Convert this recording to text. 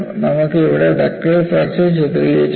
നമുക്ക് ഇവിടെ ductile fracture ചിത്രീകരിച്ചിട്ടുണ്ട്